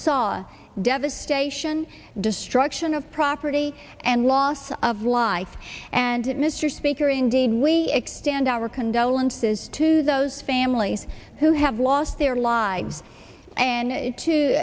saw devastation destruction of property and loss of life and it mr speaker indeed we extend our condolences to those families who have lost their lives and to